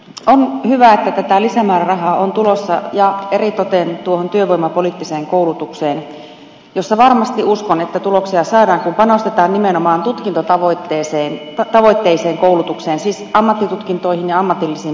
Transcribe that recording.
on hyvä että lisämäärärahaa on tulossa ja eritoten työvoimapoliittiseen koulutukseen jossa varmasti uskon että tuloksia saadaan kun panostetaan nimenomaan tutkintotavoitteiseen koulutukseen siis ammattitutkintoihin ja ammatillisiin perustutkintoihin